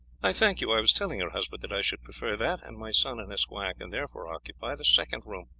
i thank you. i was telling your husband that i should prefer that and my son and esquire can therefore occupy the second room.